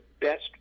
best